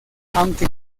aunque